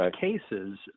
cases